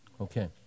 Okay